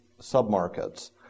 sub-markets